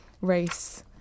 race